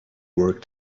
work